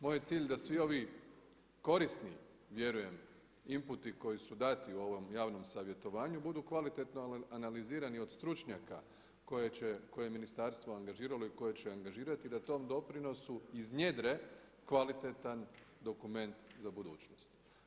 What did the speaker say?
Moj je cilj da svi ovi korisni vjerujem inputi koji su dati u ovom javnom savjetovanju budu kvalitetno analizirani od stručnjaka koje će, koje je ministarstvo angažiralo i koje će angažirati, da tom doprinosu iznjedre kvalitetan dokument za budućnost.